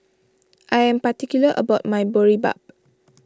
I am particular about my Boribap